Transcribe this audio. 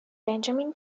benjamin